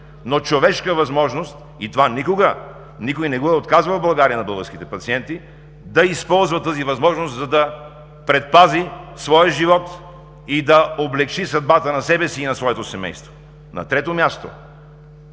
но човешка възможност. Това никога никой не го е отказвал на българските пациенти – да използва тази възможност, за да предпази своя живот и да облекчи съдбата на себе си и на своето семейство. На трето място,